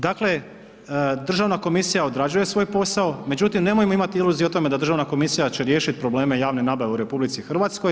Dakle, državna komisija odrađuje svoj posao, međutim nemojmo imati iluzije o tome da državna komisija će riješiti probleme javne nabave u RH.